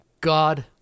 God